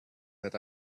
that